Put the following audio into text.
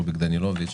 רוביק דנילוביץ,